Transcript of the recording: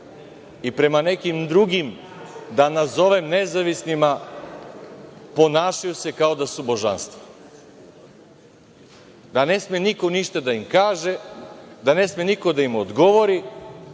i prema nekim drugim, da nazovem nezavisnima, ponašaju se kao da su božanstva, da ne sme niko ništa da im kaže, da ne sme niko da im odgovori,